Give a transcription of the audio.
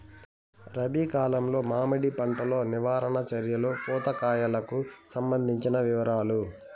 రబి కాలంలో మామిడి పంట లో నివారణ చర్యలు పూత కాయలకు సంబంధించిన వివరాలు?